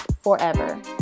forever